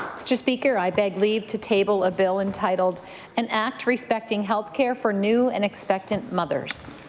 mr. speaker, i beg leave to table a bill entitled an act respecting health care for new and expectant mothers.